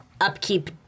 upkeep